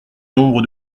nombre